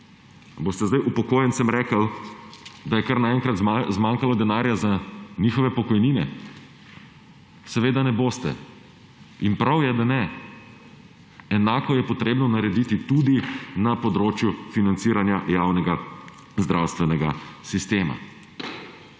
boste sedaj upokojencem rekli, da je kar naenkrat zmanjkalo denarja za njihove pokojnine? Seveda ne boste. In prav je, da ne. Enako je treba narediti tudi na področju financiranja javnega zdravstvenega sistema.